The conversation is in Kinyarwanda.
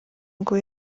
ngo